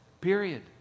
Period